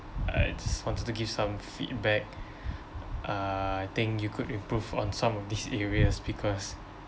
I just wanted to give some feedback uh I think you could improve on some of these areas because